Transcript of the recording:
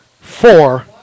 four